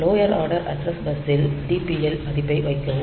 lower order address பஸ்ஸில் DPL மதிப்பை வைக்கவும்